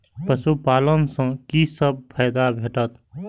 पशु पालन सँ कि सब फायदा भेटत?